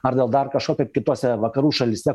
ar dėl dar kažko kaip kitose vakarų šalyse